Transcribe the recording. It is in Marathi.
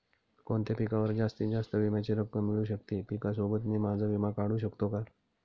कोणत्या पिकावर जास्तीत जास्त विम्याची रक्कम मिळू शकते? पिकासोबत मी माझा विमा काढू शकतो का?